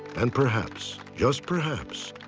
and perhaps, just perhaps,